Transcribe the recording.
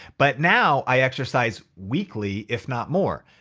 but now i exercise weekly, if not more.